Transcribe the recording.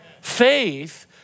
Faith